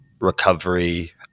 recovery